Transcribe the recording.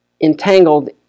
entangled